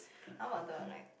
how about the like